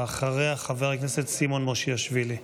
ואחריה, חבר הכנסת סימון מושיאשוילי.